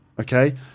Okay